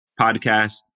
podcast